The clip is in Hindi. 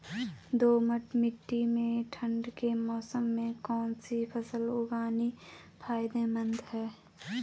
दोमट्ट मिट्टी में ठंड के मौसम में कौन सी फसल उगानी फायदेमंद है?